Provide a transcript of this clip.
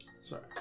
Sorry